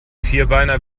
vierbeiner